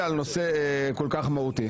-- על נושא כל-כך מהותי.